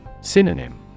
Synonym